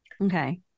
Okay